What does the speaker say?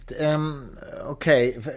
okay